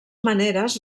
maneres